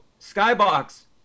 Skybox